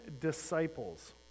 disciples